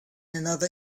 another